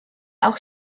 auch